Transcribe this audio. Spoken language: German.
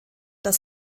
das